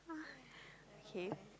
ah okay